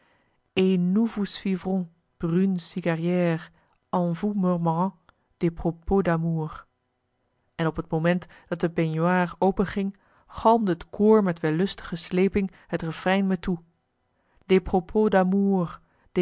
d amour en op het moment dat de baignoire open ging galmde het koor met wellustige sleeping het refrein me toe des